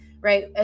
right